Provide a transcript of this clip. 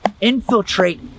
infiltrate